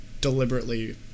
deliberately